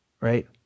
right